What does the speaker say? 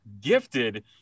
gifted